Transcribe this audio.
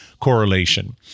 correlation